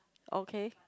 okay